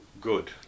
good